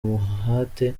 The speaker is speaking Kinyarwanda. umuhate